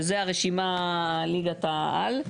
שזו הרשימה, ליגת העל.